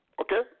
Okay